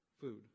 food